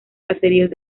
caseríos